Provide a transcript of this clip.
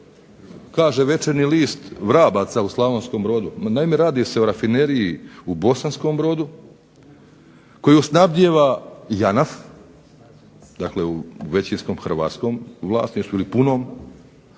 kaže Večernji list, vrabaca u Slavonskom Brodu. Ma naime radi se o rafineriji u Bosanskom Brodu, koju snabdijeva JANAF, dakle u većinskom hrvatskom vlasništvu ili punom,